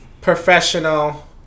Professional